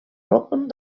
roppen